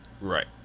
right